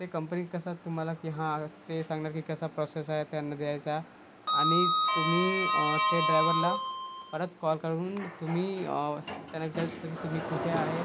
ते कंपनी कसं तुम्हाला की हां ते सांगणार की कसा प्रोसेस आहे त्यांना द्यायचा आणि तुम्ही ते ड्रायवरला परत कॉल करून तुम्ही त्यांना विचारायचं असतं की तुम्ही कुठे आहे